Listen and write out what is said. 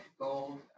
gold